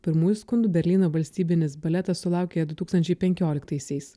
pirmųjų skundų berlyno valstybinis baletas sulaukė du tūkstančiai penkioliktaisiais